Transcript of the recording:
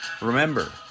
Remember